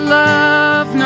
love